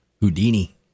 Houdini